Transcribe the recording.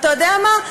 אתה יודע מה?